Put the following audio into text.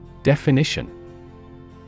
Definition